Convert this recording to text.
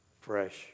fresh